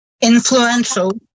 Influential